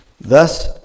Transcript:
Thus